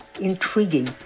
intriguing